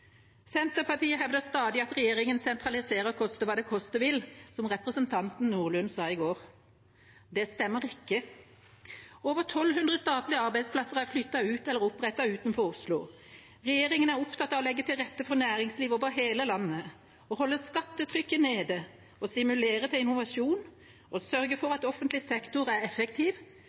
Senterpartiet hevder stadig at regjeringa sentraliserer, «koste hva det koste vil», som representanten Nordlund sa i går. Det stemmer ikke. Over 1 200 statlige arbeidsplasser er flyttet ut eller opprettet utenfor Oslo. Regjeringa er opptatt av å legge til rette for næringsliv over hele landet, holde skattetrykket nede, stimulere til innovasjon, sørge for at offentlig sektor er effektiv,